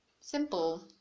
simple